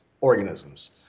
organisms